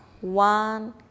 one